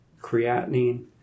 creatinine